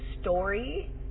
story